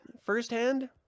firsthand